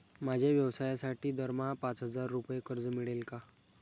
माझ्या व्यवसायासाठी दरमहा पाच हजार रुपये कर्ज मिळेल का?